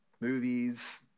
movies